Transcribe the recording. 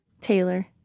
Taylor